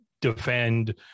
defend